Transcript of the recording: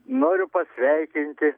noriu pasveikinti